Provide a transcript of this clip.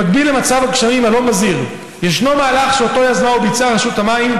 במקביל למצב הגשמים הלא-מזהיר ישנו מהלך שאותו יזמה וביצעה רשות המים,